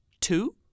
two